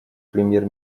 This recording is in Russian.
премьер